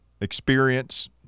experience